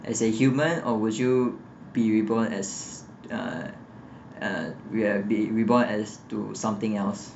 as a human or would you be reborn as err err you have been reborn as to something else